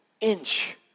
inch